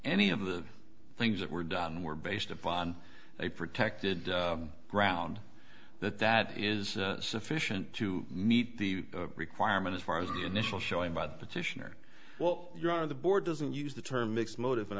any of the things that were done were based upon a protected ground that that is sufficient to meet the requirement as far as the initial showing by the petitioner well you are the board doesn't use the term mixed motive and